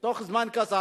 בתוך זמן קצר,